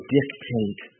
dictate